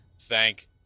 Thank